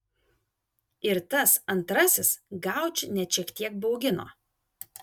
ir tas antrasis gaučį net šiek tiek baugino